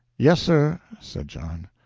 yes, sir, said john.